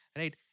right